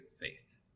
Faith